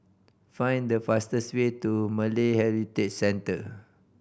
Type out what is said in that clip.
find the fastest way to Malay Heritage Centre